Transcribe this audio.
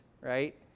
right